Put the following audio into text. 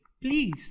Please